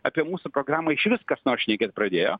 apie mūsų programą išvis kas nors šnekėt pradėjo